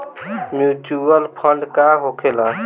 Mutual fund का होखेला?